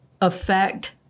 affect